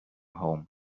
home